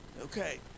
okay